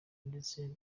ndetse